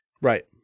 Right